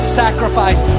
sacrifice